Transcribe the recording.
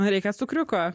reikia cukriuko